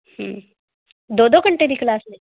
ਦੋ ਦੋ ਘੰਟੇ ਦੀ ਕਲਾਸ ਲਈ